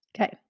Okay